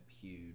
huge